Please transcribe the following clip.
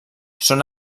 són